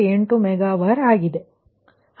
8 Mega Var ಆಗಿದೆ